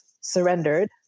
surrendered